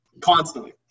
Constantly